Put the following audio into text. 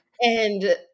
And-